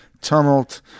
tumult